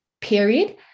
period